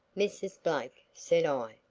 mrs. blake, said i,